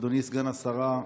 אדוני סגן השרה,